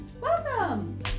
Welcome